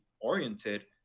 oriented